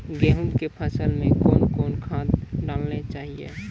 गेहूँ के फसल मे कौन कौन खाद डालने चाहिए?